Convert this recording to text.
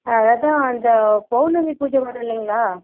அதுதான் இந்த பௌர்ணமி பூஜை வரும் இல்லைங்களா